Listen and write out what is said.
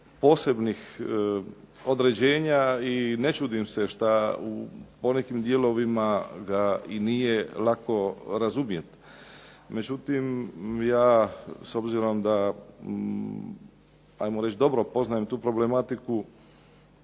posebnih određenja i ne čudim se šta u ponekim dijelovima ga i nije lako razumjeti. Međutim ja s obzirom da ajmo reći dobro poznajem tu problematiku,